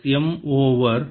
Mal a and l are very smallM